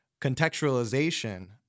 contextualization